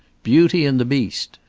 beauty and the beast,